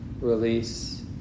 release